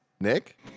nick